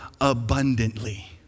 abundantly